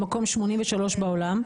למקום 83 בעולם.